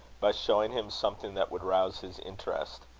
by showing him something that would rouse his interest.